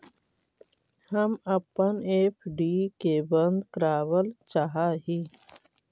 हम अपन एफ.डी के बंद करावल चाह ही